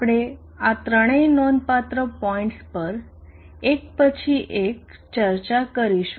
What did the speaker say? આપણે આ ત્રણેય નોંધપાત્ર પોઈન્ટ્સ પર એક પછી એક ચર્ચા કરીશું